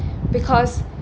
because